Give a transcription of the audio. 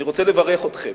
אני רוצה לברך אתכם.